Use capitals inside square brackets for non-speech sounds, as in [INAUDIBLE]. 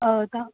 [UNINTELLIGIBLE]